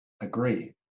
agree